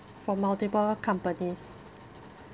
from multiple companies